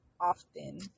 often